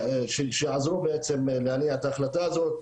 שיעזרו בעצם להניע את ההחלטה הזאת,